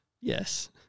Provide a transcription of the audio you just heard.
Yes